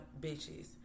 bitches